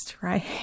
right